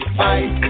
fight